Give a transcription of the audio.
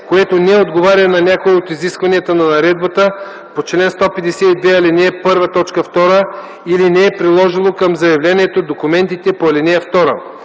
което не отговаря на някое от изискванията на наредбата по чл. 152, ал. 1, т. 2 или не е приложило към заявлението документите по ал. 2.